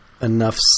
enough